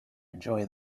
enjoy